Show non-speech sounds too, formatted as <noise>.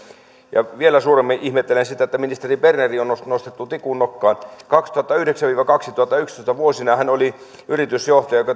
vielä suuremmin ihmettelen sitä että ministeri berner on nostettu tikun nokkaan vuosina kaksituhattayhdeksän viiva kaksituhattayksitoista hän oli yritysjohtaja joka <unintelligible>